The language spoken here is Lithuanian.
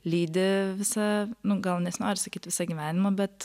lydi visą nu gal nesinori sakyt visą gyvenimą bet